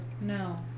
No